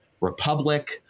republic